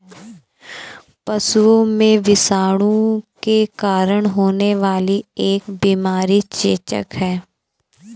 पशुओं में विषाणु के कारण होने वाली एक बीमारी चेचक है